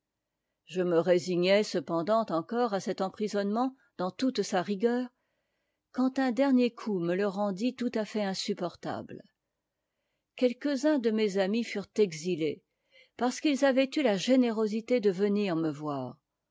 je me résignai cependant encore à cet emprisonnement dans toute sa rigueur quand un dernier coup me le rendit tout à fait insupportable quelques-uns de mes amis furent exilés parce qu'ils avaient eu la générosité de venir me voir